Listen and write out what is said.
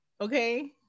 Okay